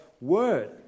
word